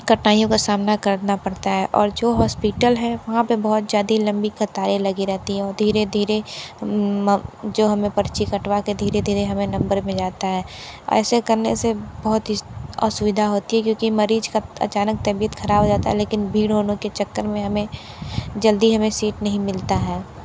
कठिनाईयों का सामना करना पड़ता है और जो हॉस्पीटल हैं वहाँ पे बहुत ज्यादी लम्बी कतारें लगी रहती हैं और धीरे धीरे जो हमें पर्ची कटवा के धीरे धीरे हमें नम्बर मिल जाता है ऐसे करने से बहुत ही असुविधा होती है क्योंकि मरीज़ कब अचानक तबियत खराब हो जाता है लेकिन भीड़ होनो के चक्कर में हमें जल्दी हमें सीट नहीं मिलता है